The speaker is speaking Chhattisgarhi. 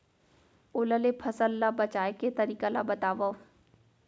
ओला ले फसल ला बचाए के तरीका ला बतावव?